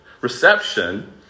reception